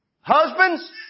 Husbands